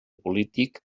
polític